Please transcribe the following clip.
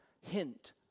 hint